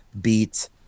beat